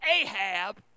Ahab